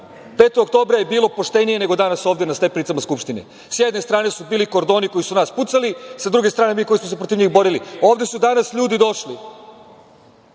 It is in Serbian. oktobra je bilo poštenije nego danas ovde na stepenicama Skupštine. Sa jedne strane su bili kordoni koji su u nas pucali, a sa druge mi koji smo se protiv njih borili. Ovde su danas ljudi došli